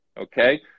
okay